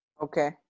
Okay